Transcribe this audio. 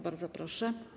Bardzo proszę.